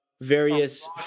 various